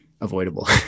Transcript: Avoidable